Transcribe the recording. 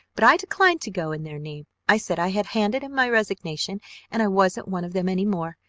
but i declined to go in their name. i said i had handed in my resignation and i wasn't one of them any more,